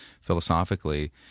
philosophically